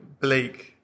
bleak